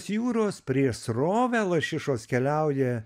jūros prieš srovę lašišos keliauja